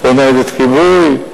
פה ניידת כיבוי,